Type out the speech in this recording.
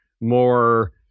more